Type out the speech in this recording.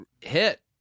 Hit